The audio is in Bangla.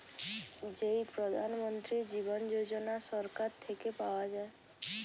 যেই প্রধান মন্ত্রী জীবন যোজনা সরকার থেকে পাওয়া যায়